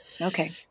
Okay